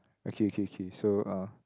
okay okay okay so uh